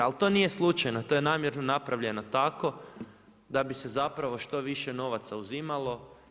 Ali to nije slučajno, to je namjerno napravljeno tako da bi se zapravo što više novaca uzimalo.